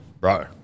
bro